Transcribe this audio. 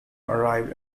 arrived